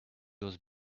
was